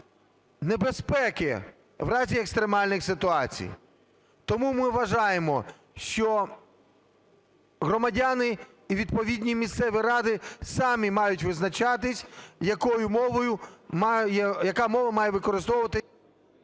небезпеки в разі екстремальних ситуацій. Тому ми вважаємо, що громадяни і відповідні місцеві ради самі мають визначатися, якою мовою має... яка мова